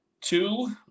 Two